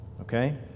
okay